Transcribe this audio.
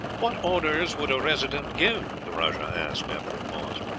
what orders would a resident give? the rajah asked, after a pause.